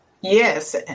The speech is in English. Yes